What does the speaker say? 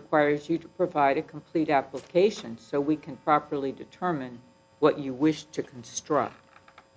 requires you to provide a complete application so we can properly determine what you wish to construct